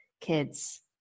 kids